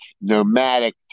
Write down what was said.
nomadic